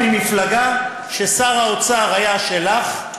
באת ממפלגה ששר האוצר היה שלך,